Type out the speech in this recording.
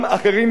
בעזרת השם,